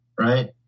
right